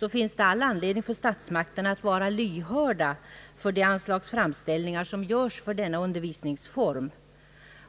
Det finns därför all anledning för statsmakterna att vara lyhörda för de anslagsframställningar som görs för denna undervisningsform.